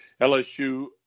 LSU